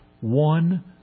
One